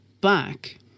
back